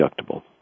deductible